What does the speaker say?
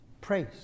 praise